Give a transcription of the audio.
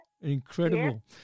incredible